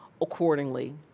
accordingly